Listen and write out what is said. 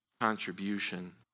contribution